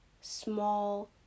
small